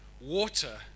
water